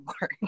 work